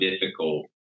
difficult